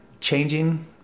changing